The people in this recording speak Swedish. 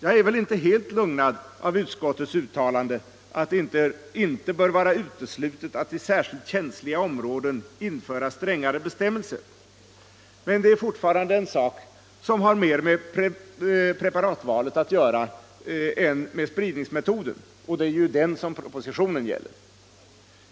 Jag är väl inte helt lugnad av utskottets uttalande att det inte bör vara uteslutet att i särskilt känsliga områden införa strängare bestämmelser, men det är fortfarande en sak som har mer med preparatvalet att göra än med spridningsmetoden, och det är ju den senare som propositionen gäller.